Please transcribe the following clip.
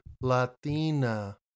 Latina